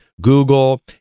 Google